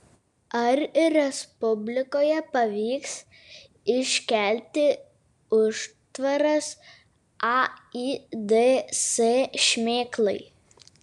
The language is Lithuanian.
ar respublikoje pavyks iškelti užtvaras aids šmėklai